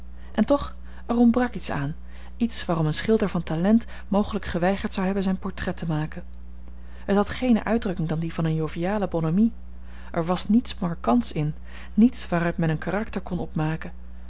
en toch er ontbrak iets aan iets waarom een schilder van talent mogelijk geweigerd zou hebben zijn portret te maken het had geene uitdrukking dan die van joviale bonhomie er was niets marquants in niets waaruit men een karakter kon opmaken